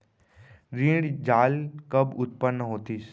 ऋण जाल कब उत्पन्न होतिस?